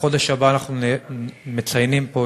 בחודש הבא אנחנו מציינים פה,